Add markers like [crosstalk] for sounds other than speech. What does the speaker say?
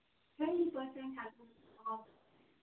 [unintelligible]